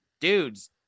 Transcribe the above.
dudes